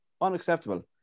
unacceptable